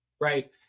Right